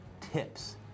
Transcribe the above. tips